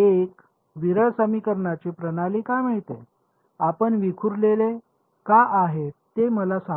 एक विरळ समीकरणांची प्रणाली का मिळते आपण विखुरलेले का आहे ते मला सांगू शकता